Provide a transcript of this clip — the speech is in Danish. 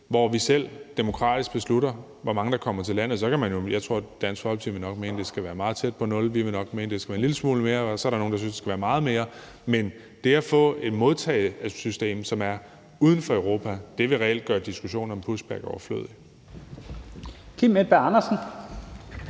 hvor vi selv demokratisk beslutter, hvor mange der kommer til landet. Jeg tror nok, at Dansk Folkeparti vil mene, at det skal være meget tæt på nul, og vi vil nok mene, at det skal være en lille smule mere, og så er der nogle, der vil synes, at det skal være meget mere. Men det at få et modtagesystem, som er uden for Europa, vil reelt gøre diskussionen om en push back overflødig. Kl. 13:04 Første